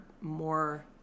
more